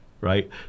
right